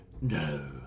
no